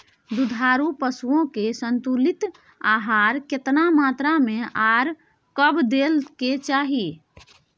दुधारू पशुओं के संतुलित आहार केतना मात्रा में आर कब दैय के चाही?